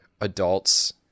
adults